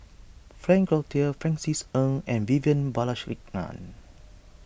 Frank Cloutier Francis Ng and Vivian Balakrishnan